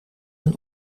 een